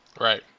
Right